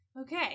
Okay